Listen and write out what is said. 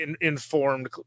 informed